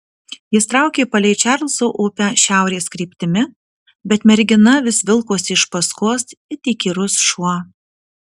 jis traukė palei čarlzo upę šiaurės kryptimi bet mergina vis vilkosi iš paskos it įkyrus šuo